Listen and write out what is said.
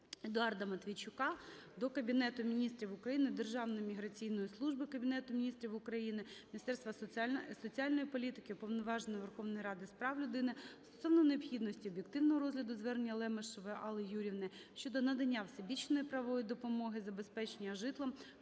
Едуарда Матвійчука до Кабінету Міністрів України, Державної міграційної служби України, Міністерства соціальної політики, Уповноваженого Верховної Ради з прав людини стосовно необхідності об'єктивного розгляду звернення Лемешової Алли Юріївни щодо надання всебічної правової допомоги, забезпечення житлом